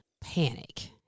panic